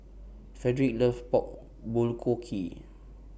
Frederic loves Pork Bulgogi